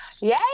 Yay